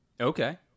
Okay